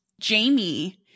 jamie